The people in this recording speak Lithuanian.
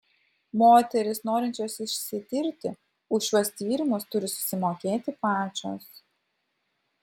moterys norinčios išsitirti už šiuo tyrimus turi susimokėti pačios